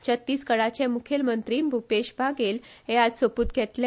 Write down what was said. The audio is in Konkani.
छत्तीसगढाचे मुखेलमंत्री म्हण भुपेश भागेल हे आयज सोपुत घेतले